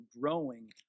growing